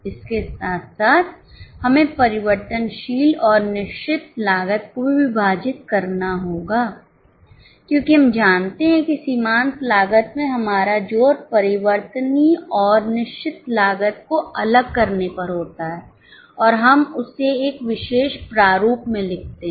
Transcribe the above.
इसके साथ साथ हमें परिवर्तनशील और निश्चित लागत को भी विभाजित करना होगा क्योंकि हम जानते हैं कि सीमांत लागत में हमारा जोर परिवर्तनीय और निश्चित लागत को अलग करने पर होता है और हम उसे एक विशेष प्रारूप में लिखते हैं